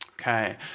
Okay